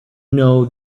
know